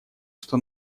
что